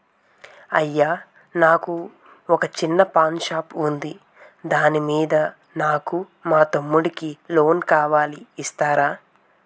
అయ్యా నాకు వొక చిన్న పాన్ షాప్ ఉంది దాని మీద నాకు మా తమ్ముడి కి లోన్ కావాలి ఇస్తారా?